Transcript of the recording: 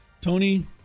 Tony